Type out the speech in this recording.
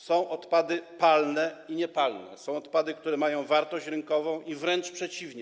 Są odpady palne i niepalne, są odpady, które mają wartość rynkową i wręcz przeciwnie.